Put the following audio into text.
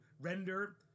render